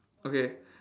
okay